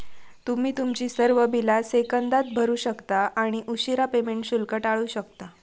तुम्ही तुमची सर्व बिला सेकंदात भरू शकता आणि उशीरा पेमेंट शुल्क टाळू शकता